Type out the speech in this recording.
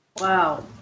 Wow